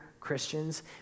Christians